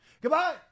Goodbye